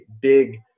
big